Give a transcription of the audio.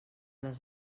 les